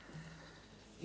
Hvala